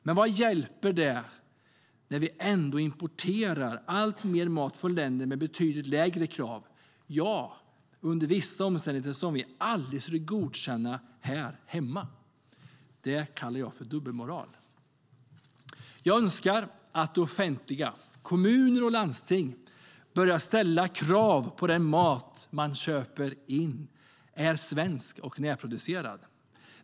Men vad hjälper det när vi ändå importerar alltmer mat från länder med betydligt lägre krav och omständigheter som vi aldrig skulle godkänna här hemma? Det kallar jag dubbelmoral. Jag önskar att det offentliga - kommuner och landsting - börjar ställa krav på att den mat man köper in ska vara svensk och närproducerad.